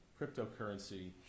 cryptocurrency